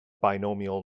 binomial